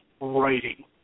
writing